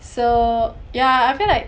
so ya I feel like